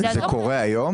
זה קורה היום?